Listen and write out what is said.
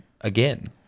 again